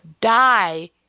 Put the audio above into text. die